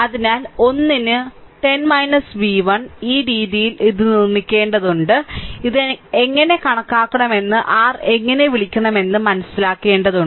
അതിനാൽ 1 ന് 10 v1 അതിനാൽ ഈ രീതിയിൽ ഇത് നിർമ്മിക്കേണ്ടതുണ്ട് ഇത് എങ്ങനെ കണക്കാക്കണമെന്ന് r എങ്ങനെ വിളിക്കണം എന്ന് മനസിലാക്കേണ്ടതുണ്ട്